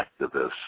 activist